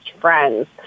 friends